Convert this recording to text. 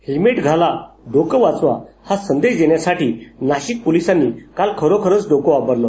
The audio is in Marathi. हेल्मेट घाला डोकं वाचवा हा संदेश देण्यासाठी नाशिक पोलीसांनी काल खरोखरच डोकं वापरलं